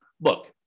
look